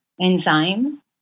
enzyme